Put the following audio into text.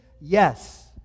Yes